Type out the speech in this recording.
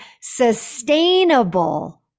sustainable